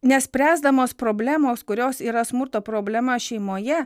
nespręsdamos problemos kurios yra smurto problema šeimoje